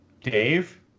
Dave